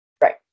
Right